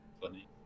funny